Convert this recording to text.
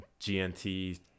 GNT